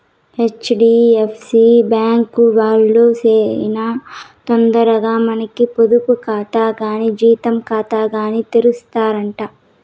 HDFC bank వాల్లు సేనా తొందరగా మనకి పొదుపు కాతా కానీ జీతం కాతాగాని తెరుస్తారట